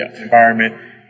environment